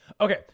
Okay